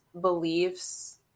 beliefs